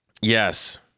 yes